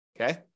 okay